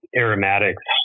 aromatics